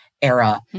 Era